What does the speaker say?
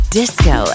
disco